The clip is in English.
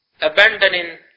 abandoning